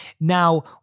Now